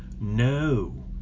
no